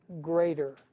greater